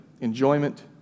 Enjoyment